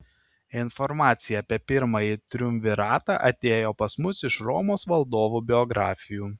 informacija apie pirmąjį triumviratą atėjo pas mus iš romos valdovų biografijų